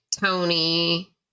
Tony